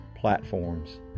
platforms